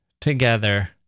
together